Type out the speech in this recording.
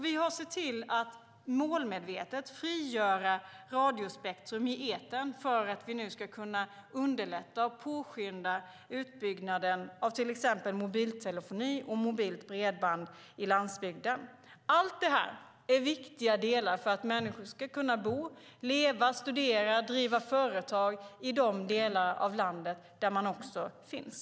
Vi har sett till att målmedvetet frigöra radiospektrum i etern för att vi nu ska kunna underlätta och påskynda utbyggnaden av till exempel mobiltelefoni och mobilt bredband i landsbygden. Allt detta är viktiga delar för att människor ska kunna bo, leva, studera och driva företag i de delar av landet där man finns.